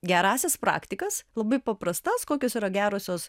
gerąsias praktikas labai paprastas kokios yra gerosios